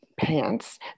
pants